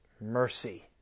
mercy